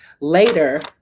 later